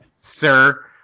sir